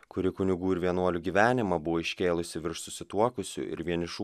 kuri kunigų ir vienuolių gyvenimą buvo iškėlusi virš susituokusių ir vienišų